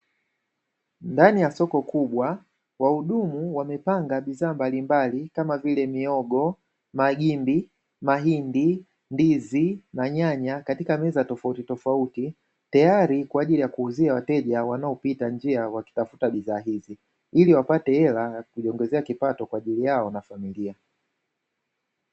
Ndani ya soko kubwa, wahudumu wamepanga bidhaa mbalimbali kama vile: mihogo, magimbi, mahindi, ndizi na nyanya katika meza tofautitofauti, tayari kwa ajili ya kuwauzia wateja wanaopita njia wakitafuta bidhaa hizi, ili wapate hela ya kujiongezea kipato kwa ajili yao na familia.